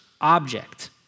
object